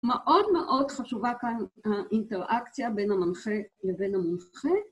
מאוד מאוד חשובה כאן האינטראקציה בין המנחה לבין המונחה.